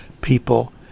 people